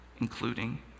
including